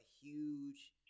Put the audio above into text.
huge